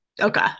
okay